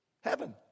Heaven